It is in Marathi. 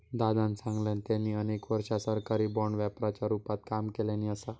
दादानं सांगल्यान, त्यांनी अनेक वर्षा सरकारी बाँड व्यापाराच्या रूपात काम केल्यानी असा